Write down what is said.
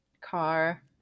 car